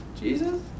Jesus